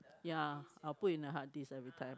ya I will put in a hard disk everytime